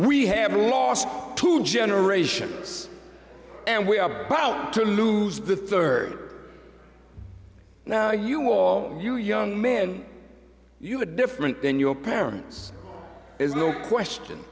have lost two generations and we are about to lose the third or you will you young men you have different than your parents there's no question